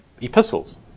epistles